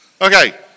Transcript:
Okay